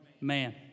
man